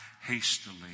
hastily